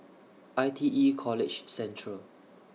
I T E College Central